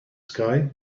sky